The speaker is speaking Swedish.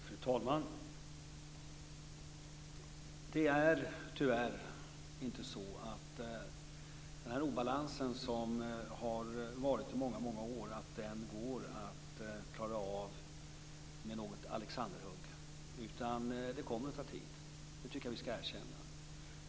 Fru talman! Det är tyvärr inte så att den obalans som har funnits i många år går att klara av med något Alexanderhugg. Det kommer att ta tid, det tycker jag att vi skall erkänna.